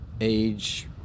age